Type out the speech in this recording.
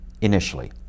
initially